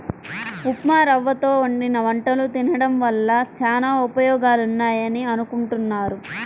ఉప్మారవ్వతో వండిన వంటలు తినడం వల్ల చానా ఉపయోగాలున్నాయని అనుకుంటున్నారు